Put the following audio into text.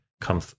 come